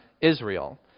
Israel